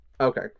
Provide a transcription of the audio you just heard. Okay